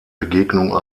begegnung